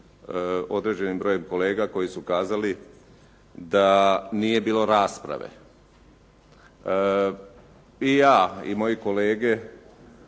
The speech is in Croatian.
određenim brojem kolega koji su kazali da nije bilo rasprave. I ja i moji kolege